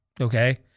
okay